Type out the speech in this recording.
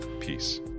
peace